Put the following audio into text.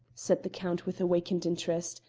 said the count with awakened interest,